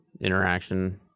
interaction